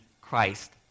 Christ